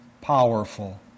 powerful